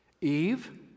Eve